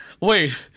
Wait